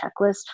checklist